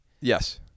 Yes